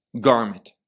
garment